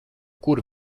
kur